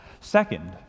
Second